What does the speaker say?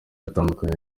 atandukanye